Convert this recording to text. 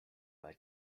bei